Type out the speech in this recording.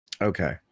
Okay